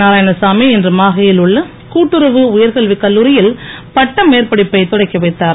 நாராயணசாமி இன்று மாஹே யில் உள்ள கூட்டுறவு உயர்கல்விக் கல்லூரியில் பட்ட மேற்படிப்பைத் தொடக்கிவைத்தார்